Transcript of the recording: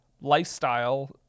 lifestyle